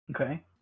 Okay